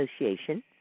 Association